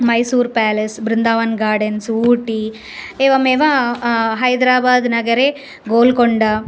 Mysore palace Brindavan gardens Ooty एवमेव हैदराबाद् नगरे गोल्कोण्डा